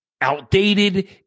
outdated